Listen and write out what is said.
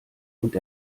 und